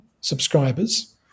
subscribers